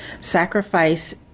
sacrifice